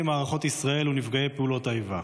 מערכות ישראל ונפגעי פעולות האיבה,